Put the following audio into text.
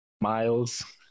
Miles